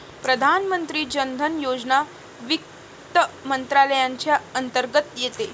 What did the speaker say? प्रधानमंत्री जन धन योजना वित्त मंत्रालयाच्या अंतर्गत येते